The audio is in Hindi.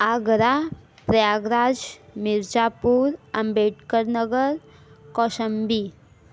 आगरा प्रयागराज मिर्जापुर अम्बेडकर नगर कौशाम्बी